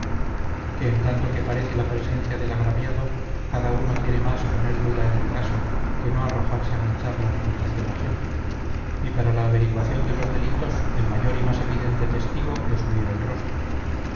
en tanto que parece la presencia del agraviado cada uno quiere más poner duda en el caso que no arrojarse a manchar la reputación ajena y para la averiguación de los delitos el mayor y más evidente testigo es huir el rostro